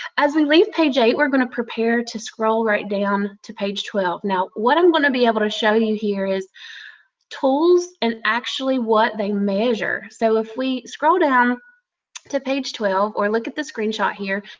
as we leave page eight, we're going to prepare to scroll right down to page twelve. what i'm going to be able to show you here is tools and actually what they measure. so, if we scroll down to page twelve or look at the screen shot here,